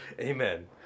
Amen